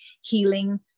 healing